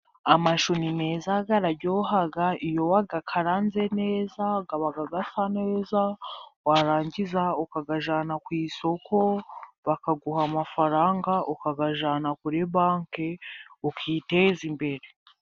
Amashu ni meza araryoha. Iyo wayakaranze neza aba agasa neza. Warangiza ukayajyana ku isoko bakaguha amafaranga, ukayajyana kuri banki ukiteza imbere.